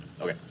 Okay